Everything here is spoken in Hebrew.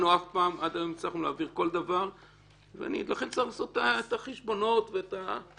עד היום הצלחנו להעביר כל דבר ולכן צריך לעשות את החשבונאות וכולי.